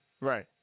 Right